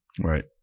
Right